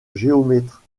géomètre